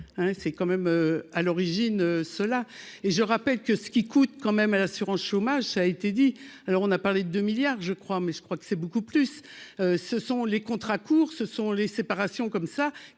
c'est quand même à l'origine cela et je rappelle que ce qui coûte quand même à l'assurance chômage, ça a été dit, alors on a parlé de milliards je crois mais je crois que c'est beaucoup plus, ce sont les contrats courts, ce sont les séparations comme ça